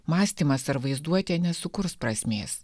mąstymas ar vaizduotė nesukurs prasmės